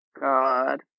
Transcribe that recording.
God